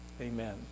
amen